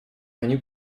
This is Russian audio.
они